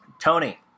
tony